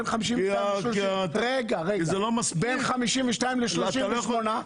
בין 52 ל-38,